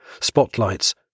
Spotlights